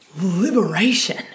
liberation